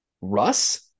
Russ